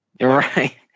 right